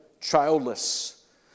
childless